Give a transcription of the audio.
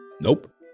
Nope